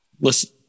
Listen